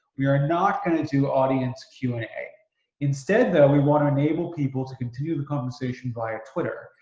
we are not going to do audience q and a instead though we want to enable people to continue the conversation via twitter,